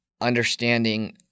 understanding